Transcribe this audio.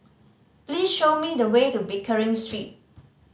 please show me the way to Pickering Street